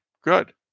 good